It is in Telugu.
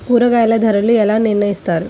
కూరగాయల ధరలు ఎలా నిర్ణయిస్తారు?